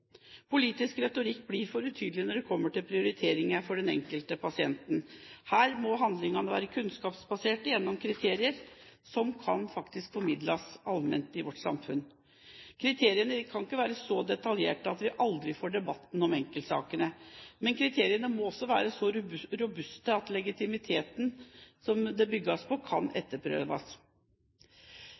Politisk retorikk blir for utydelig når det kommer til prioriteringer for den enkelte pasienten. Her må handlingene være kunnskapsbaserte gjennom kriterier som faktisk kan formidles allment i vårt samfunn. Kriteriene kan ikke være så detaljerte at vi aldri får debatten om enkeltsakene, men kriteriene må også være så robuste at legitimiteten som det bygges på, kan etterprøves.